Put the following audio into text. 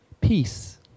Peace